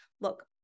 Look